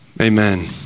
Amen